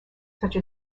such